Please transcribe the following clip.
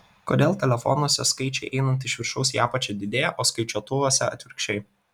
kodėl telefonuose skaičiai einant iš viršaus į apačią didėja o skaičiuotuvuose atvirkščiai